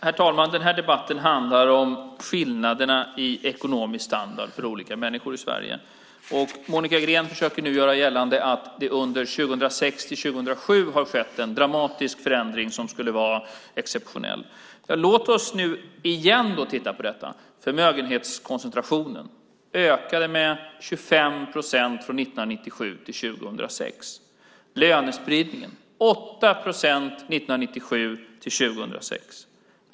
Herr talman! Den här debatten handlar om skillnaderna i ekonomisk standard för olika människor i Sverige. Monica Green försöker göra gällande att det under 2006 och 2007 har skett en dramatisk förändring som skulle vara exceptionell. Låt oss igen titta på detta. Förmögenhetskoncentrationen ökade med 25 procent från 1997 till 2006. Lönespridningen, löneskillnaderna, ökade med 8 procent från 1997 till 2006.